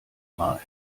mal